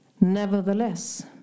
Nevertheless